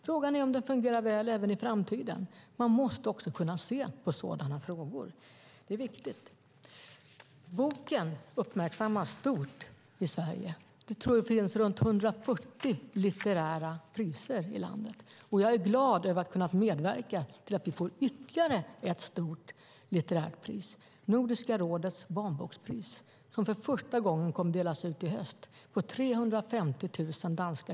Frågan är om den fungerar väl även i framtiden. Man måste kunna se på sådana frågor också. Det är viktigt. Boken uppmärksammas stort i Sverige. Jag tror att det finns runt 140 litterära priser i landet, och jag är glad över att ha kunnat medverka till att vi får ytterligare ett stort litterärt pris, Nordiska rådets barnbokspris på 350 000 danska kronor, som för första gången kommer att delas ut i höst.